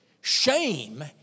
Shame